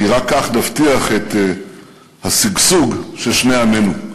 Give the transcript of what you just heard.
כי רק כך נבטיח את השגשוג של שני עמינו.